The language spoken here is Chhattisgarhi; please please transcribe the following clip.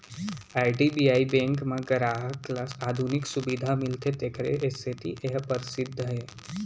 आई.डी.बी.आई बेंक म गराहक ल आधुनिक सुबिधा मिलथे तेखर सेती ए ह परसिद्ध हे